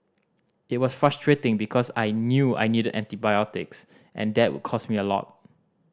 it was frustrating because I knew I needed antibiotics and that would cost me a lot